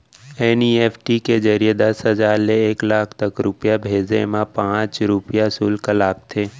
NEFT के जरिए दस हजार ले एक लाख तक रूपिया भेजे मा पॉंच रूपिया सुल्क लागथे